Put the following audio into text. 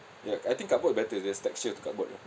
ya I think cardboard better there's texture to cardboard ah